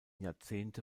jahrzehnte